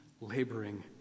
laboring